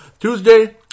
Tuesday